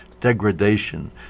degradation